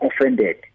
offended